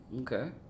Okay